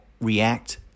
react